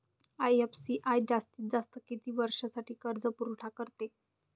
IFCI जास्तीत जास्त किती वर्षासाठी कर्जपुरवठा करते?